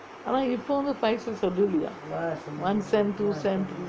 ஆனா இப்பே வந்து:aana ippo vanthu five cent செல்லுலயாம்:sellulayaam one cent two cent